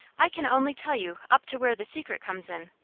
i can only tell you up to where the secret comes in,